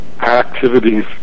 activities